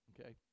Okay